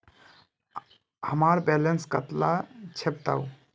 हमार बैलेंस कतला छेबताउ?